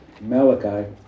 Malachi